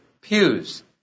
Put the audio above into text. pews